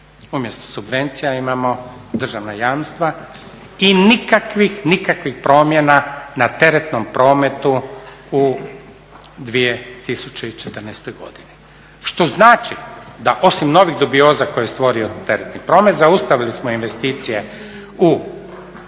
Umjesto subvencija imamo državna jamstva i nikakvih, nikakvih promjena na teretnom prometu u 2014. godini. Što znači da osim novih dubioza koje je stvorio teretni promet zaustavili smo investicije u